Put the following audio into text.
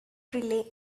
rely